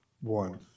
one